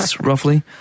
roughly